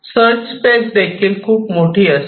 search space देखील खूप मोठी असते